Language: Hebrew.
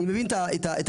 אני מבין את הכלל.